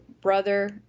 brother